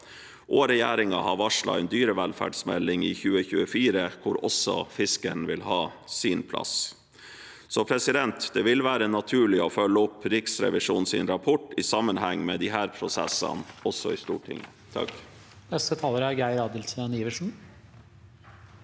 Og regjeringen har varslet en dyrevelferdsmelding i 2024, hvor også fisken vil ha sin plass. Det vil være naturlig å følge opp Riksrevisjonens rapport i sammenheng med disse prosessene også i Stortinget. Geir